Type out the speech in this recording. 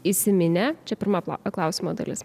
įsiminę čia pirma klausimo dalis